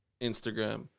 Instagram